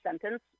sentence